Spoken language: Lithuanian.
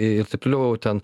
ir taip toliau ten